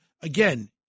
again